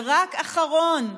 ורק אחרון,